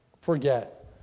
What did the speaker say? forget